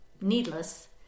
needless